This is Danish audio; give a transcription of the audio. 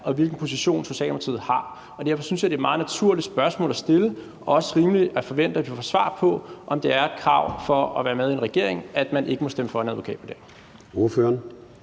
og hvilken position Socialdemokratiet har, og derfor synes jeg, det er et meget naturligt spørgsmål at stille, og det er også rimeligt at forvente at få svar på, om det er et krav for at være med i en regering, at man ikke stemmer for en advokatvurdering.